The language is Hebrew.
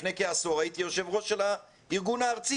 לפני כעשור הייתי יושב ראש הארגון הארצי